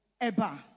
Eba